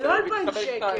זה לא 2,000 שקל.